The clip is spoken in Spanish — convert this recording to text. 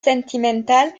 sentimental